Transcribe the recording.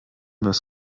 was